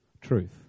truth